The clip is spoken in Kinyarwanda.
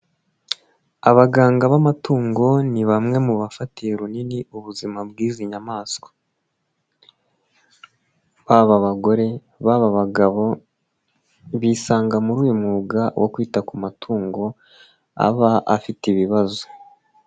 Abaganga b'amatungo ni bamwe mu bafatiye runini ubuzima bw'izimaswa, baba abagore, baba abagabo, bisanga muri uyu mwuga wo kwita ku matungo aba afite ibibazo.